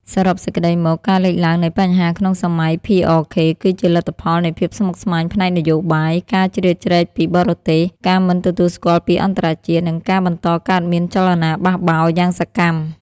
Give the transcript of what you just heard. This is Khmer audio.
សរុបសេចក្ដីមក ការលេចឡើងនៃបញ្ហាក្នុងសម័យ PRK គឺជាលទ្ធផលនៃភាពស្មុគស្មាញផ្នែកនយោបាយ ការជ្រៀតជ្រែកពីបរទេស ការមិនទទួលស្គាល់ពីអន្តរជាតិ និងការបន្តកើតមានចលនាបះបោរយ៉ាងសកម្ម។